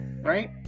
right